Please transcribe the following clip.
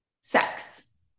sex